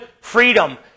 freedom